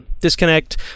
disconnect